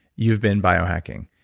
you've been bio-hacking.